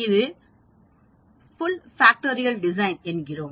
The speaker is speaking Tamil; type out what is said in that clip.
இதை ஃபுல் ஃபேக்டரியல் டிசைன் என்கிறோம்